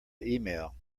email